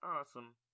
awesome